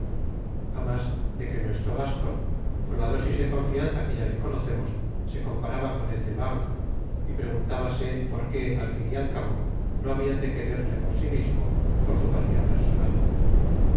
mas de que nuestro gascon con la dósis de confianza que ya le conocemos se comparaba con el de wardes y preguntábase por qué al fin y al cabo no habian de quererle por si mismo por su valia personal